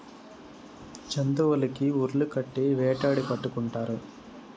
జంతులకి ఉర్లు కట్టి వేటాడి పట్టుకుంటారు